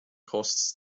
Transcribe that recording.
costs